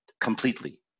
completely